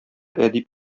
әдип